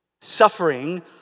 Suffering